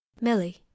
Millie